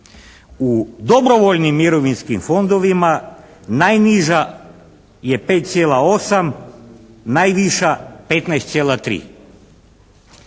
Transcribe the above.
U dobrovoljnim mirovinskim fondovima najniža je 5,8 a najviša 15,3.